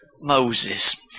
Moses